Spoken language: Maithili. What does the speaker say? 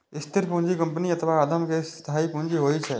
स्थिर पूंजी कंपनी अथवा उद्यम के स्थायी पूंजी होइ छै